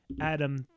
Adam